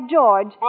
George